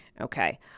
Okay